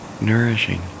nourishing